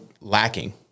lacking